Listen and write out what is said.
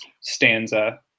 stanza